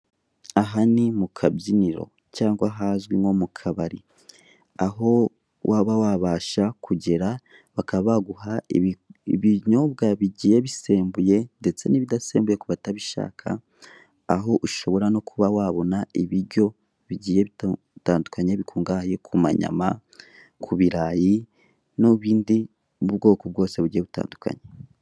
Aha ni mu kabyiniro cyangwa ahazwi nko mu kabari. Aho waba wabasha kugera bakaba baguha ibinyobwa bigiye bisembuye ndetse n'ibidasembuye kubatabishaka, aho ushobora no kuba wabona ibiryo bigiye bitandukanye bikungahaye ku manyama, ku birayi n'ubundi bwoko bwose bugiye butandukanye.